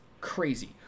crazy